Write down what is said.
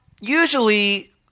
usually